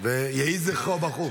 יהי זכרו ברוך.